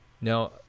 Now